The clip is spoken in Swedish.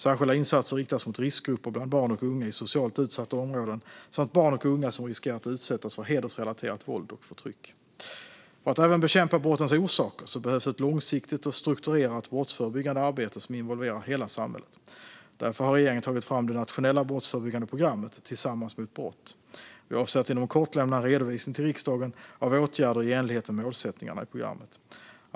Särskilda insatser riktas mot riskgrupper bland barn och unga i socialt utsatta områden samt barn och unga som riskerar att utsättas för hedersrelaterat våld och förtryck. För att även bekämpa brottens orsaker behövs ett långsiktigt och strukturerat brottsförebyggande arbete som involverar hela samhället. Därför har regeringen tagit fram det nationella brottsförebyggande programmet Tillsammans mot brott . Vi avser att inom kort lämna en redovisning till riksdagen av åtgärder i enlighet med målsättningarna i programmet.